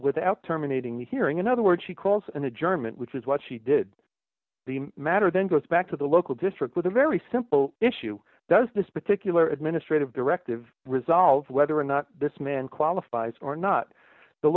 without terminating the hearing in other words she calls an adjournment which is what she did the matter then goes back to the local district with a very simple issue does this particular administrative directive resolve whether or not this man qualifies or not the